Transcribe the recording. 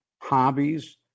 hobbies